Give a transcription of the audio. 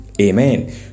Amen